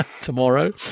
tomorrow